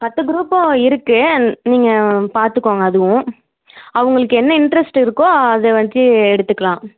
மற்ற குரூப்பும் இருக்குது நீங்கள் பார்த்துக்கோங்க அதுவும் அவங்களுக்கு என்ன இன்ட்ரெஸ்ட் இருக்கோ அதை வெச்சு எடுத்துக்கலாம்